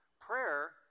Prayer